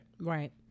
Right